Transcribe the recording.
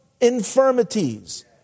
infirmities